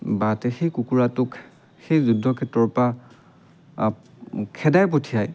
বা সেই কুকুৰাটোক সেই যুদ্ধ ক্ষেত্ৰৰ পৰা খেদাই পঠিয়াই